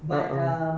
a'ah